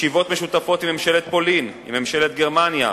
ישיבות משותפות עם ממשלת פולין, עם ממשלת גרמניה,